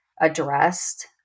addressed